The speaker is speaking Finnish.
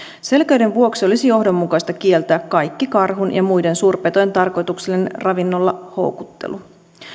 selkeyden vuoksi olisi johdonmukaista kieltää kaikki karhun ja muiden suurpetojen tarkoituksellinen ravinnolla houkuttelu